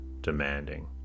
demanding